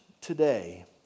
today